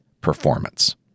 performance